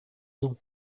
nom